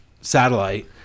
satellite